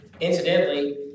Incidentally